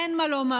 אין מה לומר,